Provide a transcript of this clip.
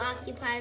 occupied